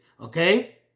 Okay